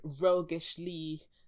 roguishly